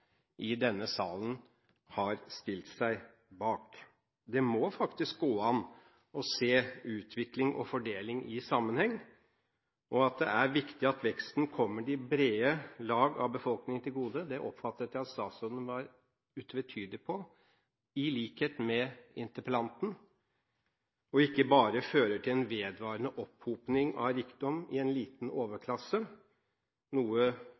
i denne salen har stilt seg bak. Det må faktisk gå an å se utvikling og fordeling i sammenheng og at det er viktig at veksten kommer det brede lag av befolkningen til gode – det oppfattet jeg at statsråden var utvetydig på, i likhet med interpellanten – og ikke bare fører til en vedvarende opphopning av rikdom i en liten overklasse, noe